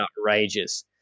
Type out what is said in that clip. outrageous